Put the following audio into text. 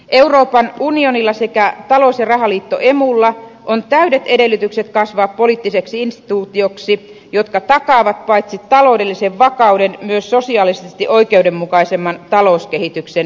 euroopan unionilla sekä talous ja rahaliitto emulla on täydet edellytykset kasvaa poliittisiksi instituutioiksi jotka takaavat paitsi taloudellisen vakauden myös sosiaalisesti oikeudenmukaisemman talouskehityksen euroopassa